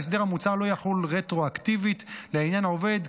ההסדר המוצע לא יחול רטרואקטיבית לעניין עובד,